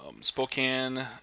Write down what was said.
Spokane